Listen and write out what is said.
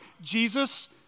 Jesus